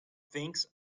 things